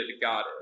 God